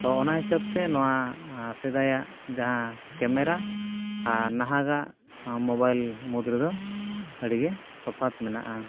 ᱛᱚ ᱚᱱᱟ ᱦᱤᱥᱟᱹᱵ ᱛᱮ ᱱᱚᱣᱟ ᱥᱮᱫᱟᱭᱟᱜ ᱡᱟᱦᱟᱸ ᱠᱮᱢᱮᱨᱟ ᱟᱨ ᱱᱟᱦᱟᱜᱟᱜ ᱢᱳᱵᱟᱭᱤᱞ ᱢᱩᱫᱽ ᱨᱮᱫᱚ ᱟᱹᱰᱤᱜᱮ ᱛᱚᱯᱷᱟᱛ ᱢᱮᱱᱟᱜᱼᱟ